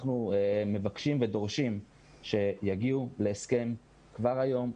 אנחנו מבקשים ודורשים שיגיעו להסכם כבר היום,